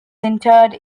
interred